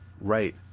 right